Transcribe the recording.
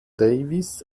davis